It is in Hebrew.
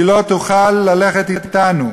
היא לא תוכל ללכת אתנו.